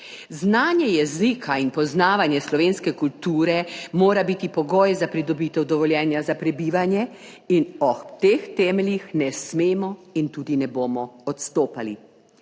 Znanje jezika in poznavanje slovenske kulture mora biti pogoj za pridobitev dovoljenja za prebivanje in ob teh temeljih ne smemo in tudi ne bomo odstopali.